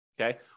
Okay